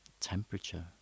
Temperature